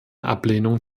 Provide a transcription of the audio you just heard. ablehnung